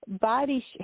Body